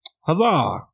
huzzah